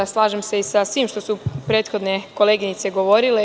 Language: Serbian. Slažem se sa svim što su prethodne koleginice govorile.